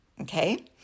Okay